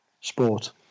Sport